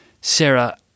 Sarah